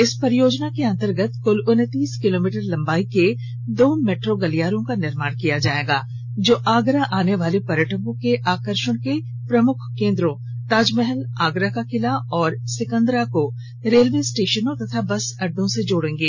इस परियोजना के अंतर्गत कुल उनतीस किलोमीटर लम्बाई के दो मेट्रो गलियारों का निर्माण किया जाएगा जो आगरा आने वाले पर्यटकों के आकर्षण के प्रमुख केन्द्रों ताजमहल आगरा का किला और सिकंदरा को रेलवे स्टेशनों तथा बस अड्डों से जोड़ेंगे